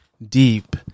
deep